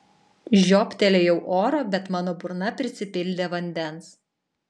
žiobtelėjau oro bet mano burna prisipildė vandens